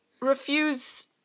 refuse